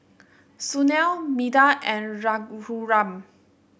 Sunil Medha and Raghuram